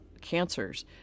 cancers